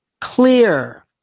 clear